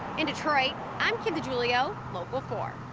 in detroit, i'm kim degiulio, local four.